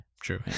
true